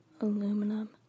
aluminum